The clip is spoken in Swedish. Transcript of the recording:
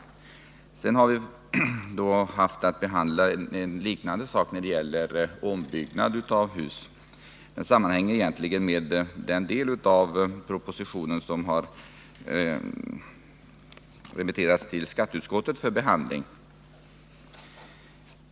Vi har sedan haft att behandla en liknande sak när det gäller ombyggnad av hus. Detta sammanhänger egentligen med den del av propositionen som har remitterats till skatteutskottet för behandling.